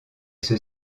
ceux